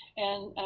and